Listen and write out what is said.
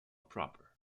proper